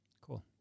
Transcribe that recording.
Cool